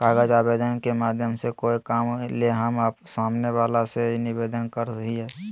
कागज आवेदन के माध्यम से कोय काम ले हम सामने वला से निवेदन करय हियय